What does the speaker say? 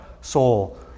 soul